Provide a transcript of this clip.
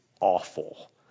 awful